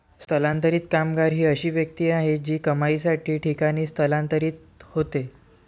स्थलांतरित कामगार ही अशी व्यक्ती आहे जी कमाईसाठी ठिकाणी स्थलांतरित होते